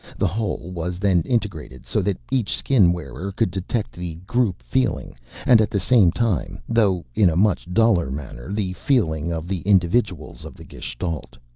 the whole was then integrated so that each skin-wearer could detect the group-feeling and at the same time, though in a much duller manner, the feeling of the individuals of the gestalt.